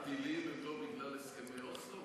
הטילים הם לא בגלל הסכם אוסלו?